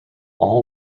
all